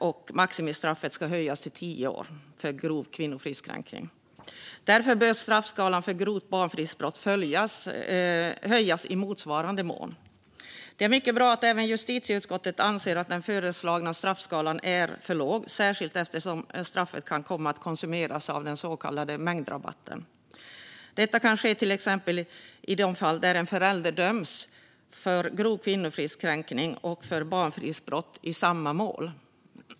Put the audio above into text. Vi föreslår också att maximistraffet för grov kvinnofridskränkning ska höjas till tio år. Därför bör straffskalan för grovt barnfridsbrott höjas i motsvarande mån. Det är mycket bra att även justitieutskottet anser att den föreslagna straffskalan är för låg, särskilt eftersom straffet kan komma att konsumeras av den så kallade mängdrabatten. Det kan till exempel ske i de fall där en förälder döms för grov kvinnofridskränkning och för barnfridsbrott i samma mål.